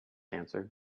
answered